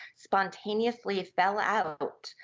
spontaneously fell out,